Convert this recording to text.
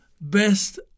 Best